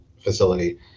facility